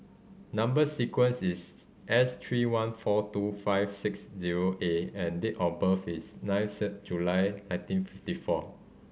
number sequence is S three one four two five six zero A and date of birth is ninth July nineteen fifty four